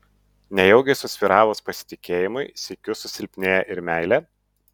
nejaugi susvyravus pasitikėjimui sykiu susilpnėja ir meilė